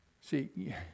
See